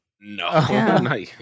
no